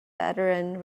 veteran